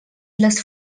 les